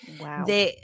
Wow